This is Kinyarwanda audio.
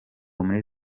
muri